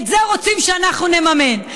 את זה רוצים שאנחנו נממן.